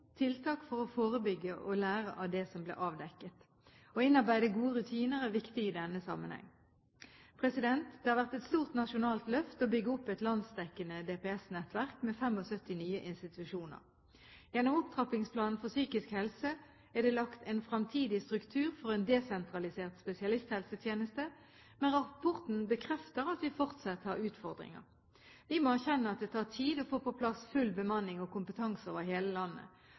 tiltak for å forebygge og lære av det som ble avdekket. Å innarbeide gode rutiner er viktig i denne sammenheng. Det har vært et stort nasjonalt løft å bygge opp et landsdekkende DPS-nettverk med 75 nye institusjoner. Gjennom Opptrappingsplanen for psykisk helse er det lagt en fremtidig struktur for en desentralisert spesialisthelsetjeneste, men rapporten bekrefter at vi fortsatt har utfordringer. Vi må erkjenne at det tar tid å få på plass full bemanning og kompetanse over hele landet,